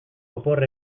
opor